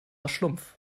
schlumpf